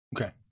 Okay